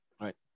right